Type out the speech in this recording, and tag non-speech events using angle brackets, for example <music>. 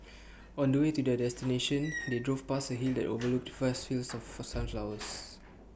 on the way to their destination they drove past A hill that overlooked vast fields of fur sunflowers <noise>